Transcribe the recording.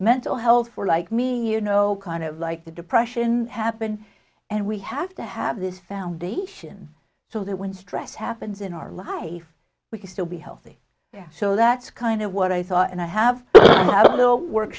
mental health for like me you know kind of like the depression happened and we have to have this foundation so that when stress happens in our life we can still be healthy so that's kind of what i thought and i have